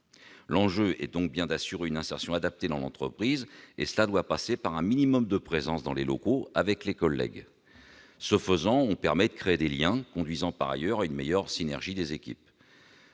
L'enjeu est donc bien d'assurer une insertion adaptée dans l'entreprise, ce qui doit passer par un minimum de présence dans les locaux, avec les collègues. Ce faisant, on permet de créer des liens conduisant, d'ailleurs, à une meilleure synergie des équipes.